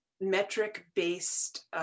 metric-based